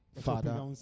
Father